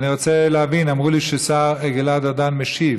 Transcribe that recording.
אני רוצה להבין, אמרו לי שהשר גלעד ארדן משיב.